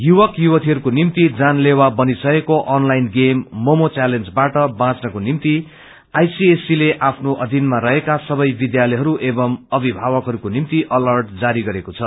युक्क युवतीहरूको निम्ति जानलेवा बनिसकेको अनलाइन गेम मोमो च्यालेन्जबाट बाँच्नको निम्ति आईसीएस रं सी ले आफ्नो अवीनमा रहेको सबै विद्यालयहरू एवं अभिभावकहरूले निम्ति अलर्ट जारी गरेको छ